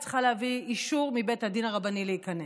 את צריכה להביא אישור מבית הדין הרבני להיכנס.